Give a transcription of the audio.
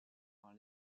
dans